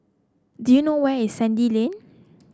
do you know where is Sandy Lane